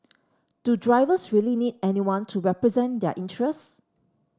do drivers really need anyone to represent their interests